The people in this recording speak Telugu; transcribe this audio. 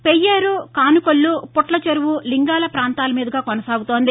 పెయ్యేరు కాసుకొల్లు పుట్లచెరువు లింగాల ప్రాంతల మీదుగా కొనసాగుతోంది